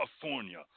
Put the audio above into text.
California